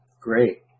Great